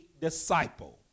disciple